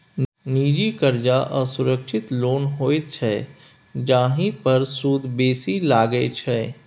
निजी करजा असुरक्षित लोन होइत छै जाहि पर सुद बेसी लगै छै